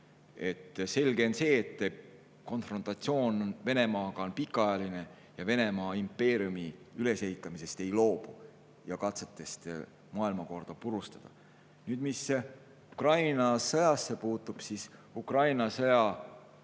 Selge on see, et konfrontatsioon Venemaaga on pikaajaline ja Venemaa ei loobu impeeriumi ülesehitamisest ja katsetest [senist] maailmakorda purustada. Mis Ukraina sõjasse puutub, siis Ukraina sõja